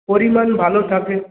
পরিমাণ ভালো থাকে